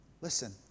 Listen